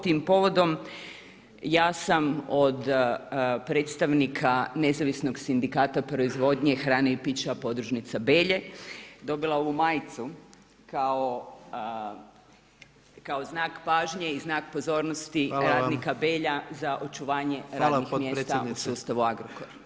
Tim povodom, ja sam od predstavnika nezavisnog sindikata proizvodnje hrane i pića podružnica Belje, dobila ovu majicu kao znak pažnje i znak pozornosti radnika Belja za očuvanje radnih [[Upadica: Hvala potpredsjednice.]] mjesta u sustavu Agrokoru.